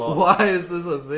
why is